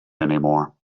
anymore